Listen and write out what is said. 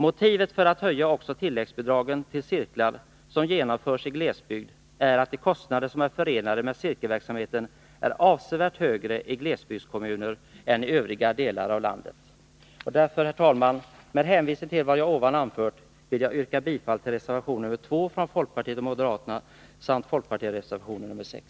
Motivet för att höja också tilläggsbidragen till cirklar som genomförs i glesbygd är att de kostnader som är förenade med cirkelverksamheten är avsevärt högre i glesbygdskommuner än i övriga delar av landet. Herr talman! Med hänvisning till vad jag anfört vill jag yrka bifall till reservation 2 från folkpartiet och moderaterna samt folkpartireservationen nr 6.